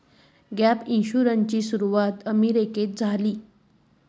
gap इन्शुरन्सची सुरूवात उत्तर अमेरिकेत झाली